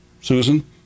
Susan